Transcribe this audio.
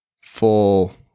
full